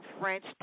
French